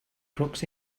crooks